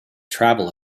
travel